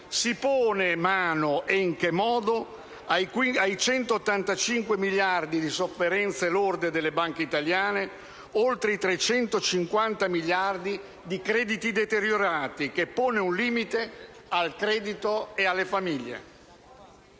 si porrà mano - e in che modo - ai 185 miliardi di euro di sofferenze lorde delle banche italiane, oltre ai 350 miliardi di euro di crediti deteriorati, che pongono un limite al credito e alle famiglie.